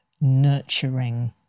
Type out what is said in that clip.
nurturing